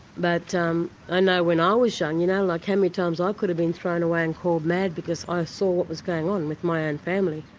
but um i know when i was young you know, like how many times i could have been thrown away and called mad because i saw what was going on with my own and family.